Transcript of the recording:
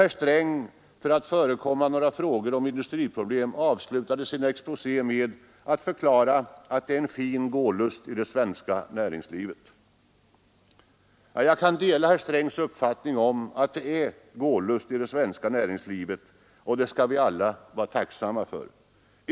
Herr Sträng avslutade — för att förekomma frågor om industriproblem — sin exposé med att förklara att det är en fin gålust i det svenska näringslivet. Jag kan dela herr Strängs uppfattning att det är gålust i det svenska näringslivet, och det skall vi alla vara tacksamma för.